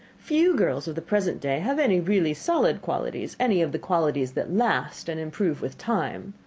few girls of the present day have any really solid qualities, any of the qualities that last, and improve with time.